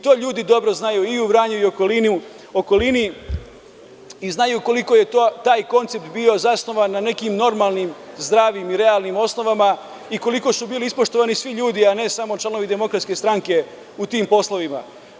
To ljudi dobro znaju i u Vranju i u okolini, znaju koliko je taj koncept bio zasnovan na nekim normalnim, zdravim i realnim osnovama i koliko su bili ispoštovani svi ljudi, a ne samo članovi DS u tim poslovima.